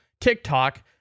TikTok